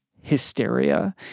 hysteria